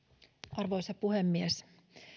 arvoisa puhemies